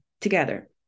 together